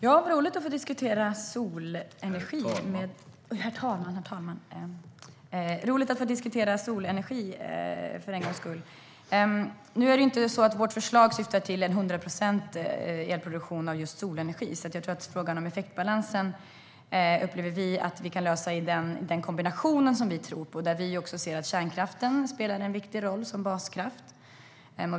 Herr talman! Vad roligt att för en gångs skull få diskutera solenergi! Vårt förslag syftar inte till 100-procentig elproduktion av just solenergi. Effektbalansen upplever vi alltså att vi kan lösa med den kombination som vi tror på. Där spelar kärnkraften en viktig roll som baskraft.